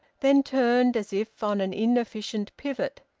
then turned, as if on an inefficient pivot,